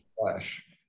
flesh